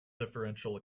differential